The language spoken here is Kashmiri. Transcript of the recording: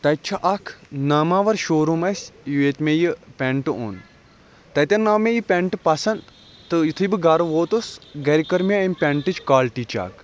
تَتہِ چھُ اکھ ناماوَر شو روٗم اَسہِ ییٚتہِ مےٚ یہِ پیٚنٹہٕ اوٚن تَتیٚن آو مےٚ یہِ پیٚنٹہٕ پَسَنٛد تہٕ یُتھُے بہٕ گَرٕ ووتُس گَرِ کٔر مےٚ امہِ پیٚنٹِچ کالٹی چیک